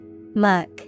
Muck